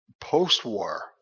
post-war